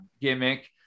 gimmick